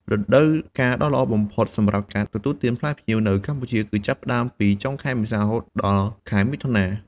រដូវកាលដ៏ល្អបំផុតសម្រាប់ការទទួលទានផ្លែផ្ញៀវនៅកម្ពុជា គឺចាប់ផ្ដើមពី ចុងខែមេសា រហូតដល់ខែមិថុនា។